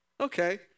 okay